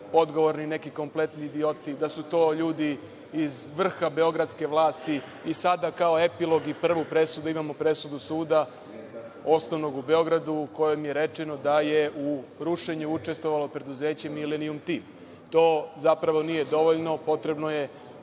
neki kompletni idioti, da su to ljudi iz vrha beogradske vlasti i sada kao epilog i prvu presudu imamo presudu Osnovnog suda u Beogradu, u kojem je rečeno da je u rušenju učestvovalo preduzeće „Milenijum tim“. To zapravo nije dovoljno, potrebno je